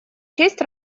честь